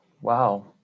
Wow